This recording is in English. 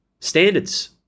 Standards